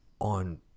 on